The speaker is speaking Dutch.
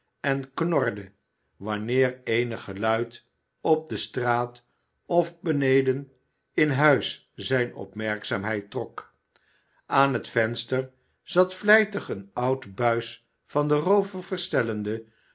en knorde wanneer eenig geluid op de straat of beneden in huis zijne opmerkzaamheid trok aan het venster zat vlijtig een oud buis van den roover verstellende